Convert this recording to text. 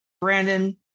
Brandon